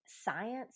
Science